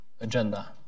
agenda